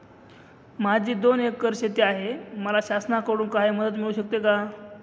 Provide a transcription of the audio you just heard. माझी दोन एकर शेती आहे, मला शासनाकडून काही मदत मिळू शकते का?